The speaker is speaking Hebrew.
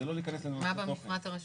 כדי לא להיכנס לנושא תוכן.